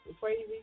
crazy